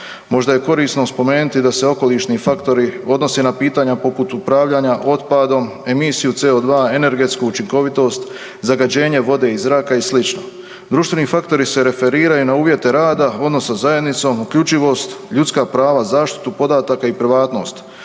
Možda je korisno spomenuti da se okolišni faktori odnose na pitanja poput upravljanja otpadom, emisiju CO2, energetsku učinkovitost, zagađenje vode i zraka i sl. Društveni faktori se referiraju na uvjete rada odnosno zajednicom, uključivost, ljudska prava, zaštitu podataka i privatnost,